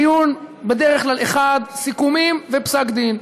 דיון בדרך כלל אחד, סיכומים ופסק-דין.